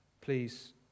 Please